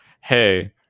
Hey